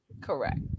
Correct